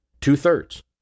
Two-thirds